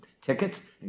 tickets